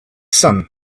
sun